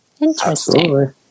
Interesting